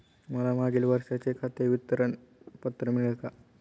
मला मागील वर्षाचे खाते विवरण पत्र मिळेल का?